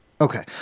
okay